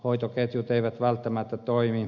hoitoketjut eivät välttämättä toimi